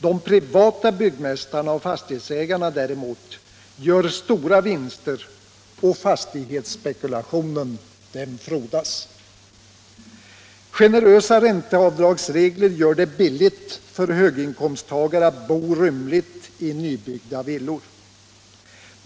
De privata byggmästarna och fastighetsägarna däremot gör stora vinster och fastighetsspekulationen frodas. Generösa ränteavdragsregler gör det billigt för höginkomsttagare att bo rymligt i nybyggda villor.